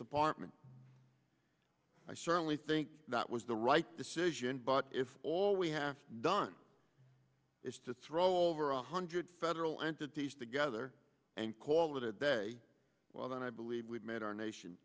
department i certainly think that was the right decision but if all we have done is to throw over one hundred federal entities together and call it a day well then i believe we've made our nation